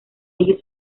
ellos